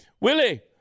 Willie